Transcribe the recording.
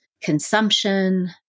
consumption